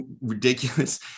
ridiculous